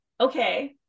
Okay